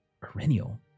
perennial